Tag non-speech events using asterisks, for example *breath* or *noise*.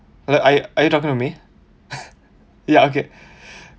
like are you are you talking to me *breath* ya okay